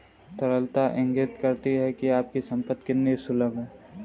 तरलता इंगित करती है कि आपकी संपत्ति कितनी सुलभ है